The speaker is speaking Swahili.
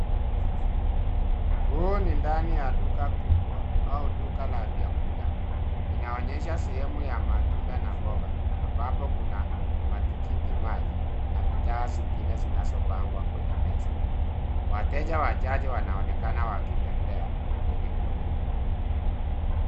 Huu ni ndani ya duka kubwa au duka la vyakula. Inaonyesha sehemu ya matunda na mboga ambapo kuna matikiti maji na bidhaa zingine zinazopangwa kwenye meza. Wateja wachache wanaonekana wakitembea kwenye foleni.